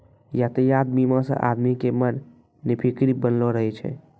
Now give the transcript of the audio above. यातायात बीमा से आदमी के मन निफिकीर बनलो रहै छै